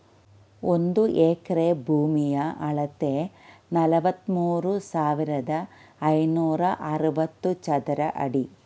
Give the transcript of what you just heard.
ಒಂದು ಎಕರೆ ಭೂಮಿಯ ಅಳತೆ ನಲವತ್ಮೂರು ಸಾವಿರದ ಐನೂರ ಅರವತ್ತು ಚದರ ಅಡಿ